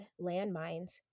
landmines